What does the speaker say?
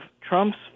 Trump's